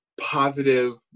positive